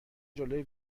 جلو